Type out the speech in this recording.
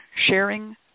sharing